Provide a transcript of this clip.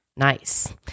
Nice